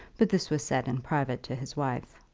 but this was said in private to his wife.